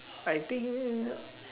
I think leh